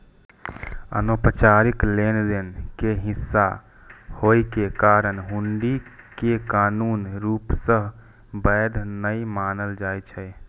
अनौपचारिक लेनदेन के हिस्सा होइ के कारण हुंडी कें कानूनी रूप सं वैध नै मानल जाइ छै